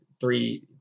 three